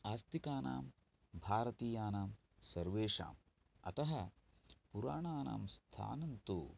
आस्तिकानां भारतीयानां सर्वेषाम् अतः पुराणानां स्थानं तु